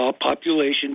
population